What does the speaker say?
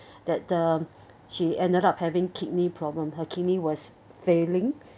that the she ended up having kidney problem her kidney was failing